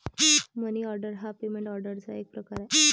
मनी order हा payment ऑर्डरचा एक प्रकार आहे